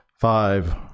five